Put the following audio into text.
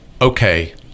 okay